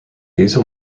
these